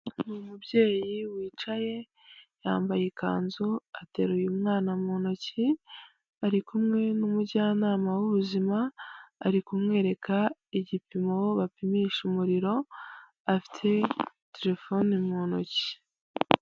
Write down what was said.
N'umubyeyi wicaye yambaye ikanzu, ateruye umwana mu ntoki ari kumwe n'umujyanama w'ubuzima ari kumwereka igipimo bapimisha umuriro afite terefoni mu ntoki.